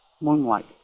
Moonlight